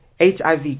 HIV